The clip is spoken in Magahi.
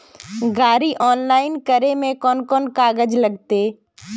गाड़ी ऑनलाइन करे में कौन कौन कागज लगते?